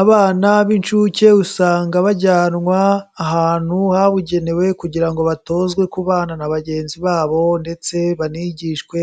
Abana b'inshuke usanga bajyanwa ahantu habugenewe kugira ngo batozwe kubana na bagenzi babo ndetse banigishwe,